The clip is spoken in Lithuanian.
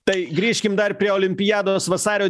tai grįžkim dar prie olimpiados vasario